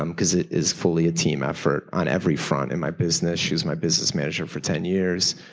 um because it is fully a team effort on every front. in my business, she was my business manager for ten years